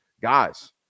guys